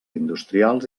industrials